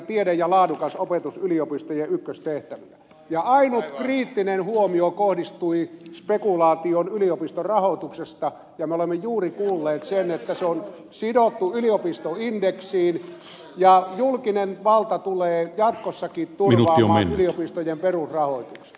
tiede ja laadukas opetus yliopistojen ykköstehtäviä ja ainut kriittinen huomio kohdistui spekulaatioon yliopistorahoituksesta ja me olemme juuri kuulleet sen että se on sidottu yliopistoindeksiin ja julkinen valta tulee jatkossakin turvaamaan yliopistojen perusrahoituksen